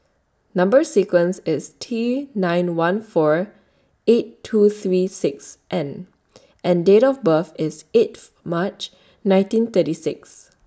Number sequence IS T nine one four eight two three six N and Date of birth IS eighth March nineteen thirty six